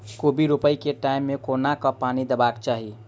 कोबी रोपय केँ टायम मे कोना कऽ पानि देबाक चही?